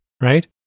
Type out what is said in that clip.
right